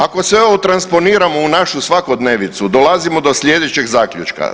Ako sve ovo transponiramo u našu svakodnevicu dolazimo do slijedećeg zaključka.